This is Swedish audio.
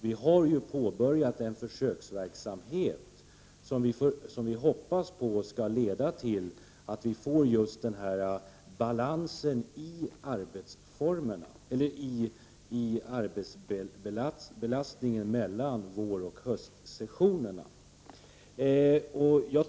Vi har påbörjat en försöksverksamhet, som vi hoppas skall leda till just en balans i arbetsbelastningen mellan våroch höstsessionerna.